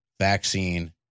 vaccine